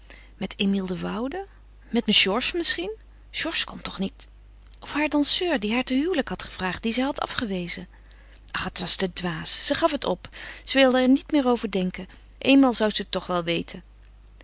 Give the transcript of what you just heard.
met emilie de woude met georges misschien georges kon toch niet of haar danseur die haar ten huwelijk had gevaagd dien zij had afgewezen ach het was te dwaas ze gaf het op ze wilde er niet meer over denken eenmaal zou ze het toch wel weten